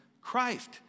Christ